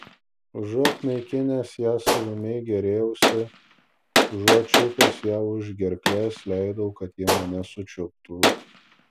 užuot naikinęs ją savimi gėrėjausi užuot čiupęs ją už gerklės leidau kad ji mane sučiuptų